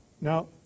Now